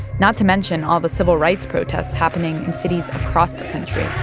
not to mention all the civil rights protests happening in cities across the country